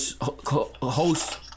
host